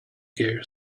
gears